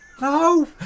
no